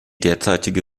derzeitige